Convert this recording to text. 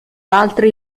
altri